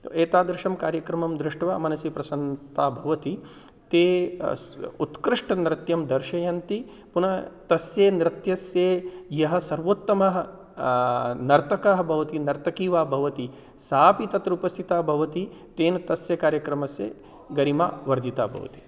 एतादृशं कार्यक्रमं दृष्ट्वा मनसि प्रसन्नता भवति ते उत्कृष्टनृत्यं दर्शयन्ति पुनः तस्य नृत्यस्य यः सर्वोत्तमः नर्तकः भवति नर्तकी वा भवति सा अपि तत्र उपस्थिता भवति तेन तस्य कार्यक्रमस्य गरिमा वर्धिता भवति